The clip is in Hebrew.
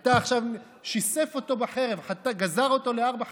הוא שיסף אותו בחרב, גזר אותו לארבע חתיכות.